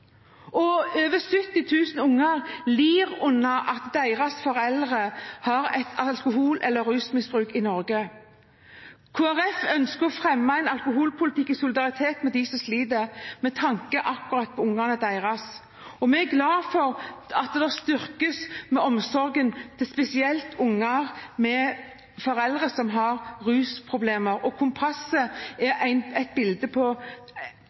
Over 70 000 barn i Norge lider under foreldrenes alkohol- eller rusmisbruk. Kristelig Folkeparti ønsker å fremme en alkoholpolitikk i solidaritet med dem sliter, nettopp med tanke på barna deres. Vi er glad for at omsorgen spesielt til barn med foreldre som har rusproblemer, styrkes, og Kompasset er et eksempel på